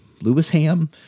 Lewisham